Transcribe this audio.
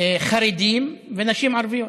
חרדים ונשים ערביות.